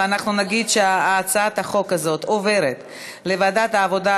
ואנחנו נגיד שהצעת החוק הזאת עוברת לוועדת העבודה,